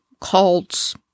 cults